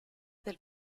del